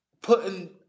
putting